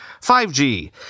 5G